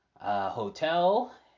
Hotel